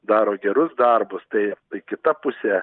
daro gerus darbus tai tai kita pusė